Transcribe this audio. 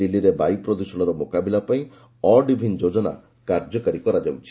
ଦିଲ୍ଲୀରେ ବାୟୁ ପ୍ରଦ୍ଷଣର ମୁକାବିଲା ପାଇଁ ଅଡ୍ ଇଭିନ୍ ଯୋଜନା କାର୍ଯ୍ୟକାରୀ କରାଯାଉଛି